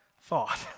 thought